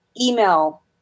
email